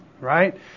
right